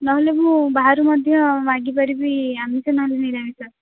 ନହେଲେ ମୁଁ ବାହାରୁ ମଧ୍ୟ ମାଗିପାରିବି ଆମିଷ ନହେଲେ ନିରାମିଷ